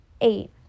Eight